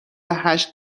هشت